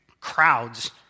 crowds